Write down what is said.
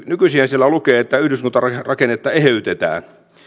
nykyisinhän siellä lukee että yhdyskuntarakennetta eheytetään mutta